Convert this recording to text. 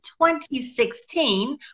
2016